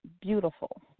beautiful